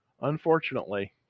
unfortunately